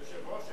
היושב-ראש,